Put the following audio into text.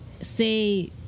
Say